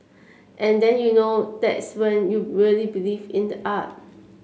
and then you know that's when you really believe in the art